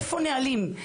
איפה הנהלים?